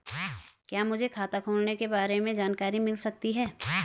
क्या मुझे खाते खोलने के बारे में जानकारी मिल सकती है?